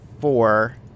four